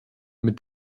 mit